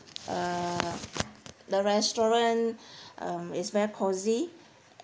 uh the restaurant um is very cosy